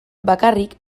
bakarrik